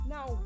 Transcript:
Now